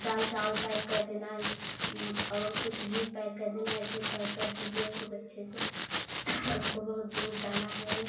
दाल चावल पैक कर देना और कुछ भी पैक कर देना ऐसे पैक कर दीजिए खूब अच्छे से हमको बहुत दूर जाना है ना